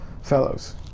fellows